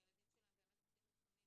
שהילדים שלהם באמת נוסעים לפעמים